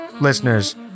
listeners